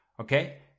Okay